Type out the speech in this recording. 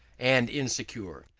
and insecure.